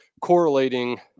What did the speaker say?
correlating